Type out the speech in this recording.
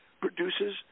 produces